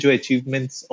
achievements